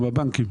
עם הבנקים?